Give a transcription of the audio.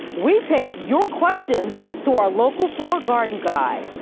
we take your questions to our local four garden guy.